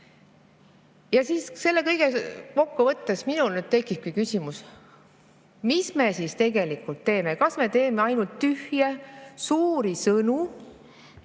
seda kõike kokku võttes minul nüüd tekibki küsimus, mis me siis tegelikult teeme. Kas me teeme ainult tühje suuri sõnu